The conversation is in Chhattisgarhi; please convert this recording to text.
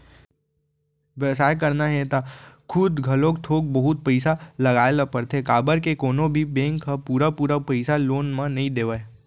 बेवसाय करना हे त खुद घलोक थोक बहुत पइसा लगाए ल परथे काबर के कोनो भी बेंक ह पुरा पुरा पइसा लोन म नइ देवय